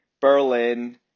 Berlin